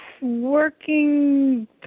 working